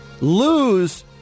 Lose